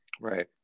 Right